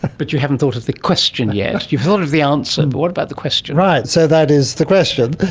but you haven't thought of the question yet. you've thought of the answer, but what about the question? right, so that is the question,